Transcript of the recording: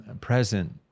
present